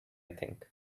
think